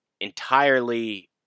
entirely